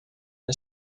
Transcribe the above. and